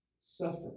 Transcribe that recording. suffer